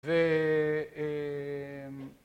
ו...